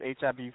HIV